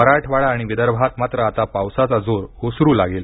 मराठवाडा आणि विदर्भात मात्र आता पावसाचा जोर ओसरू लागेल